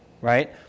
right